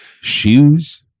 shoes